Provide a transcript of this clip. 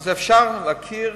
אז אפשר להכיר